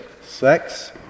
sex